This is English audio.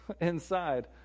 inside